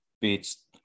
beats –